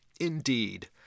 indeed